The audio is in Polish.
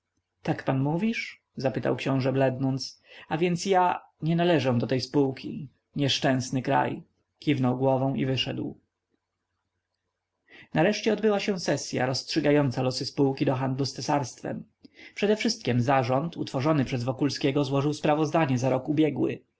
tak pan mówisz zapytał książe blednąc a więc ja nie należę do tej spółki nieszczęsny kraj kiwnął głową i wyszedł nareszcie odbyła się sesya rozstrzygająca losy spółki do handlu z cesarstwem przedewszystkiem zarząd utworzony przez wokulskiego złożył sprawozdanie za rok ubiegły